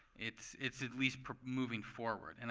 it's it's at least moving forward. and